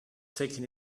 taking